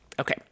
Okay